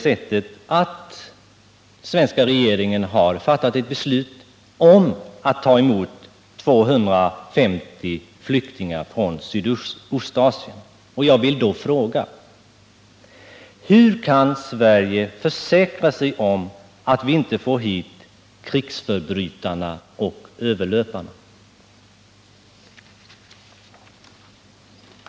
Nu har den svenska regeringen tyvärr fattat ett beslut om att ta emot 250 flyktingar från Sydostasien. Jag vill då fråga: Hur kan Sverige försäkra sig om att vi inte får hit krigsförbrytarna och överlöparna?